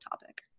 topic